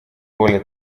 более